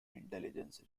intelligence